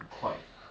I would say yes lah